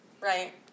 Right